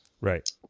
Right